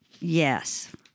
Yes